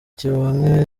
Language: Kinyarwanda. kibonke